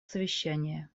совещания